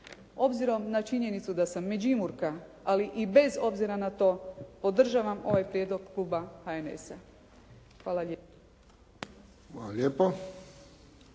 Obzirom na činjenicu da sam Međimurka, ali i bez obzira ja to podržavam ovaj prijedlog kluba HNS-a. Hvala lijepo.